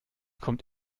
kommt